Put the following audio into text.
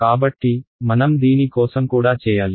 కాబట్టి మనం దీని కోసంకూడా చేయాలి